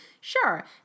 Sure